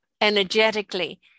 energetically